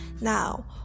Now